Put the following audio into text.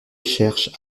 cherche